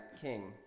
king